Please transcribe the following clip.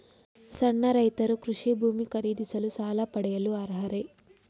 ಸಣ್ಣ ರೈತರು ಕೃಷಿ ಭೂಮಿ ಖರೀದಿಸಲು ಸಾಲ ಪಡೆಯಲು ಅರ್ಹರೇ?